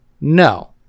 No